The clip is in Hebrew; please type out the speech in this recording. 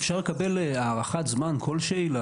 אפשר לקבל הערכת זמן כלשהי?